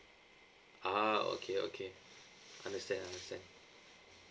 ah okay okay understand understand